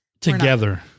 Together